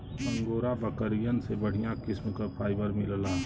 angora बकरियन से बढ़िया किस्म क फाइबर मिलला